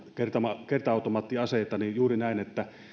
kerta kerta automaattiaseita on juuri näin että